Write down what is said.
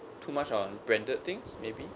too much on branded things maybe